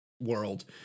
world